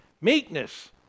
meekness